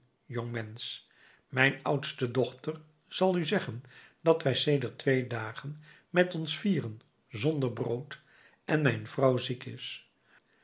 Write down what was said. mensch mijn oudste dochter zal u zeggen dat wij sedert twee dagen met ons vieren zonder brood en mijn vrouw ziek is